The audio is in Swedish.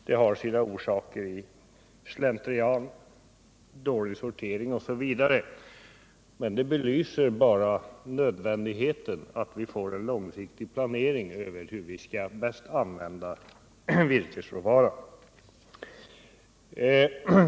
Detta kan bero på slentrian, dålig sortering osv., men det belyser nödvändigheten av en långsiktig planering, som kan visa hur vi bäst bör använda virkesråvaran.